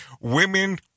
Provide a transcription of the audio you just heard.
women